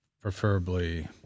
Preferably